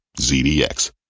ZDX